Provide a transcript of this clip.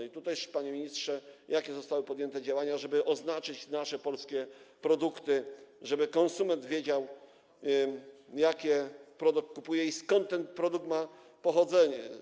I tutaj, panie ministrze, jakie zostały podjęte działania, aby oznaczyć nasze polskie produkty, tak żeby konsument wiedział, jaki produkt kupuje i skąd ten produkt pochodzi?